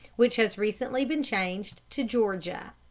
which has recently been changed to georgia.